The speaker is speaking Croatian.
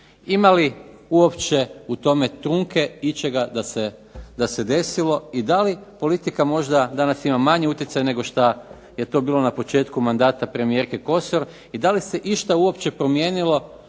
Ima li uopće u tom trunke ičega da se desilo i da li možda politika danas ima manji utjecaj nego što je bilo na početku mandata premijerke Kosor i da li se uopće išta promijenilo